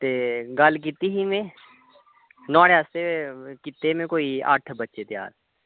ते गल्ल कीती ही में नुहाड़े आस्तै कीते हे में कोई अट्ठ बच्चे त्यार